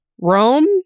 Rome